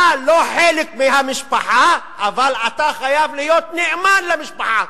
אתה לא חלק מהמשפחה אבל אתה חייב להיות נאמן למשפחה.